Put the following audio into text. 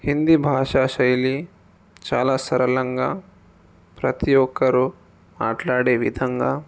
హిందీ భాషా శైలి చాలా సరళంగా ప్రతి ఒక్కరూ మాట్లాడే విధంగా